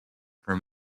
from